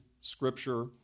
Scripture